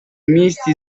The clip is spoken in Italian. misti